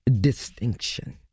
distinction